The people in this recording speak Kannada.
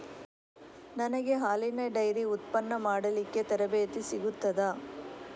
ನನಗೆ ಹಾಲಿನ ಡೈರಿ ಉತ್ಪನ್ನ ಮಾಡಲಿಕ್ಕೆ ತರಬೇತಿ ಸಿಗುತ್ತದಾ?